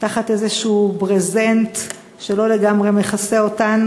תחת איזשהו ברזנט שלא לגמרי מכסה אותן